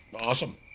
Awesome